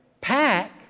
pack